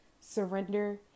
Surrender